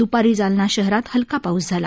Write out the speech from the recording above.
द्पारी जालना शहरात हलका पाऊस झाला